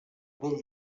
bell